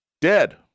Dead